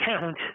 count